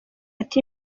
ati